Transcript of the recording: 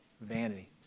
vanity